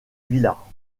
villas